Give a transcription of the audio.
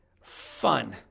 Fun